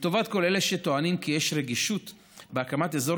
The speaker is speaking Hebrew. לטובת כל אלה הטוענים כי יש רגישות בהקמת אזור